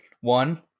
one